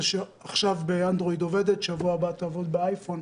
שעובדת עכשיו באנדרואיד ובשבוע הבא תעבוד באייפון.